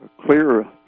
clear